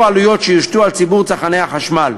עלויות שיושתו על ציבור צרכני החשמל.